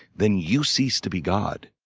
then you cease to be god.